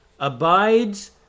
Abides